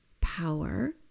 power